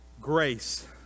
grace